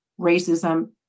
racism